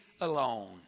alone